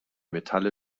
metalle